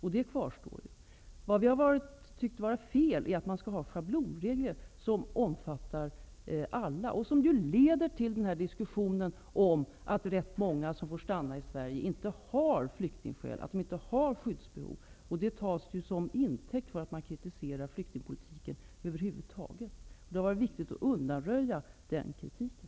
Vi tycker att det är fel att ha schablonregler som omfattar alla. Det leder ju till diskussionen om att rätt många av dem som får stanna i Sverige inte har flyktingskäl eller skyddsbehov. Det tas till intäkt för att kritisera flyktingpolitiken över huvud taget. Det har varit viktigt att undanröja den kritiken.